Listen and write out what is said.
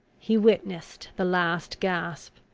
he witnessed the last gasp,